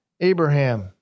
Abraham